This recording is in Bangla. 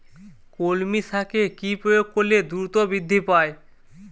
কলমি শাকে কি প্রয়োগ করলে দ্রুত বৃদ্ধি পায়?